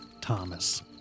Thomas